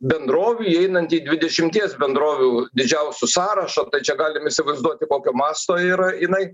bendrovė įeinanti į dvidešimties bendrovių didžiausių sąrašą tai čia galim įsivaizduoti kokio masto yra jinai